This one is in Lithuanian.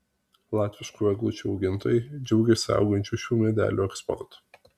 latviškų eglučių augintojai džiaugiasi augančiu šių medelių eksportu